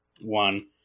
one